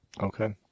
Okay